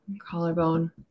Collarbone